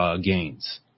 gains